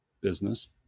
business